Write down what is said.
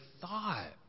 thought